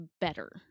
better